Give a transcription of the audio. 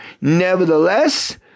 nevertheless